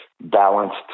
balanced